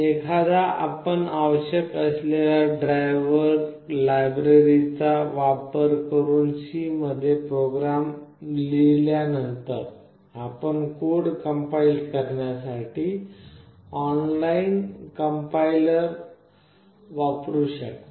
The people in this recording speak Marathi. एकदा आपण आवश्यक असलेल्या ड्राइव्हर लायब्ररीचा वापर करून C मध्ये प्रोग्राम लिहिल्या नंतर आपण कोड कंपाइल करण्यासाठी ऑनलाइन कंपाईलर वापरू शकता